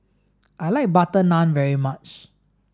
I like butter naan very much